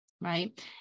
right